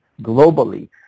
globally